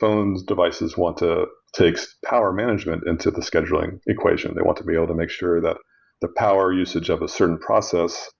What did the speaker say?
phones, devices, want to takes power management into the scheduling equation. they want to be able to make sure that the power usage of a certain process,